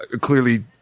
Clearly